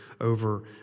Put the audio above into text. over